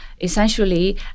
essentially